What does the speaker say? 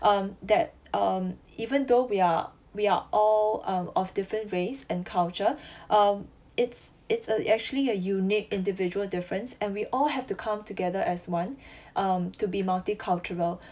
um that um even though we are we are all um of different race and culture um it's it's a actually a unique individual differences and we all have to come together as one um to be multicultural